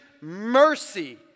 mercy